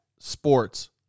Sports